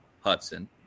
Hudson